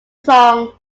song